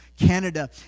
Canada